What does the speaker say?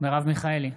מרב מיכאלי,